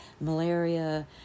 malaria